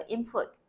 Input